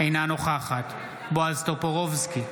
אינה נוכחת בועז טופורובסקי,